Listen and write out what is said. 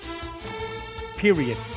period